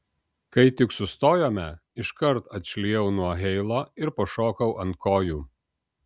kai tik sustojome iškart atšlijau nuo heilo ir pašokau ant kojų